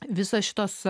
visos šitos